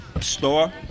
store